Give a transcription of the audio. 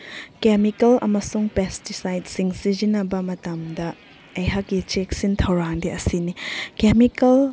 chemical ꯑꯃꯁꯨꯡ ꯄꯦꯁꯇꯤꯁꯥꯏꯠꯁꯤꯡ ꯁꯤꯖꯤꯟꯅꯕ ꯃꯇꯝꯗ ꯑꯩꯍꯥꯛꯀꯤ ꯆꯦꯛꯁꯤꯟ ꯊꯧꯔꯥꯡ ꯑꯁꯤꯗꯤ ꯑꯁꯤꯅꯤ ꯀꯦꯃꯤꯀꯦꯜ